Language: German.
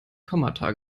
kommata